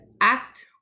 Act